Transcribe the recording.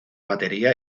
batería